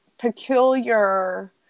peculiar